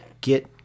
get